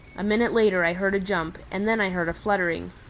a minute later i heard a jump, and then i heard a fluttering.